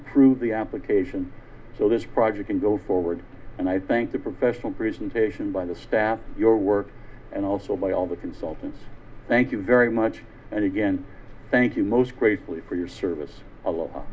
to prove the application so this project can go forward and i thank the professional presentation by the staff your work and also by all the consultants thank you very much and again thank you most gratefully for your service a